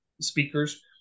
speakers